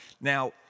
Now